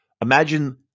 imagine